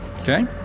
Okay